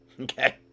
Okay